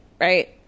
right